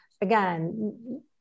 again